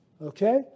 okay